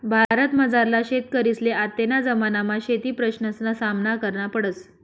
भारतमझारला शेतकरीसले आत्तेना जमानामा शेतीप्रश्नसना सामना करना पडस